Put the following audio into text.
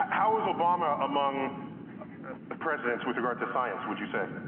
how was obama among the presidents with regard to science, would you say?